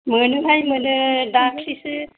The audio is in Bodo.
मोनो हाय मोनो दाख्लिसो